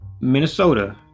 minnesota